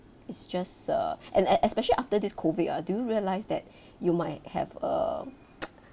it's just uh and e~ especially after this COVID ah do realise that you might have a